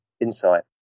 insight